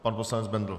Pan poslanec Bendl.